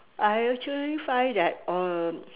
I actually find that um